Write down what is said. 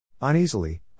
Uneasily